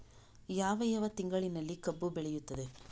ಯಾವ ಯಾವ ತಿಂಗಳಿನಲ್ಲಿ ಕಬ್ಬು ಬೆಳೆಯುತ್ತದೆ?